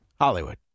Hollywood